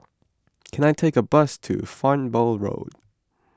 can I take a bus to Farnborough